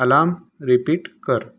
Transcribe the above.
alarm repeat कर